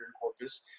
Corpus